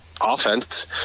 offense